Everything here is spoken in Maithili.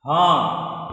हँ